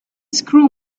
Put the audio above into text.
screw